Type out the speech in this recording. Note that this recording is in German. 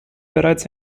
bereits